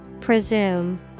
Presume